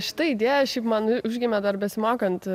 šita idėja šiaip man užgimė dar besimokant